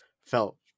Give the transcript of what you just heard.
felt